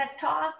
talk